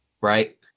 right